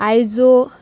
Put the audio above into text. आयजो